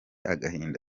agahinda